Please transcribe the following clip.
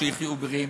שיחיו בריאים,